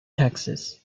taxes